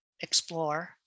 explore